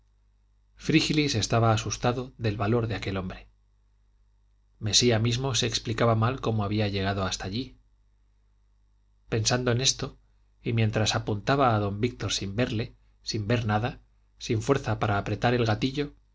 frígilis estaba asustado del valor de aquel hombre mesía mismo se explicaba mal cómo había llegado hasta allí pensando en esto y mientras apuntaba a don víctor sin verle sin ver nada sin fuerza para apretar el gatillo